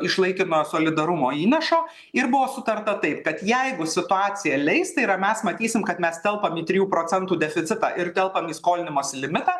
iš laikino solidarumo įnašo ir buvo sutarta taip kad jeigu situacija leis tai yra mes matysim kad mes telpam į trijų procentų deficitą ir telpam į skolinimosi limitą